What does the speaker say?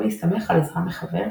או להסתמך על עזרה מחבר,